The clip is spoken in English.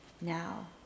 now